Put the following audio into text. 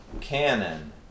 Canon